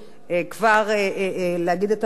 כבר להגיד את התודות.